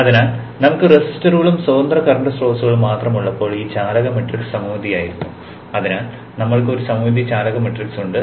അതിനാൽ നമുക്ക് റെസിസ്റ്ററുകളും സ്വതന്ത്ര കറന്റ് സ്രോതസ്സുകളും മാത്രമുള്ളപ്പോൾ ഈ ചാലക മാട്രിക്സ് സമമിതിയായിരുന്നു അതിനാൽ നമ്മൾക്ക് ഒരു സമമിതി ചാലക മാട്രിക്സ് ഉണ്ട്